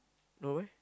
no why